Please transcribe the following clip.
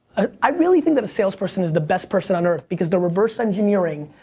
i really think that a sales person is the best person on earth because the reverse engineering.